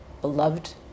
beloved